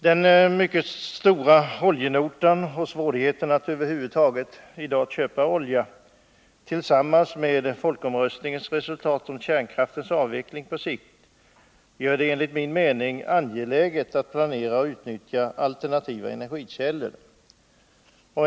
Den mycket stora oljenotan och de nuvarande svårigheterna att över huvud taget köpa olja, tillsammans med resultatet av folkomröstningen, innebärande kärnkraftens avveckling på sikt, gör det enligt min mening angeläget att planera och utnyttja alternativa energikällor.